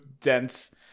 dense